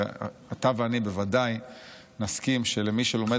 הרי אתה ואני בוודאי נסכים שמי שלומד